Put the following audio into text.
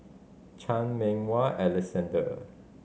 Chan Meng Wah Alexander